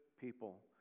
people